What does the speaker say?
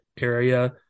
area